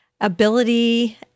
ability